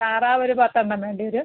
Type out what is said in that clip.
താറാവ് ഒരു പത്തെണ്ണം വേണ്ടി വരും